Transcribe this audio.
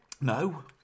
No